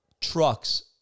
trucks